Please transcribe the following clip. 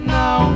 now